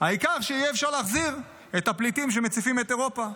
העיקר שיהיה אפשר להחזיר את הפליטים שמציפים את אירופה.